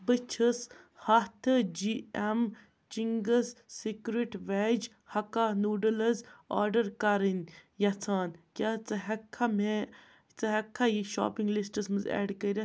بہٕ چھُس ہَتھٕ جی اٮ۪م چِنٛگٕز سِکرِٹ وٮ۪ج ہَکا نوٗڈٕلٕز آرڈر کرٕنۍ یژھان کیٛاہ ژٕ ہٮ۪ککھا مےٚ ژٕ ہٮ۪ککھا یہِ شاپِنٛگ لِسٹَس منٛز اٮ۪ڈ کٔرِتھ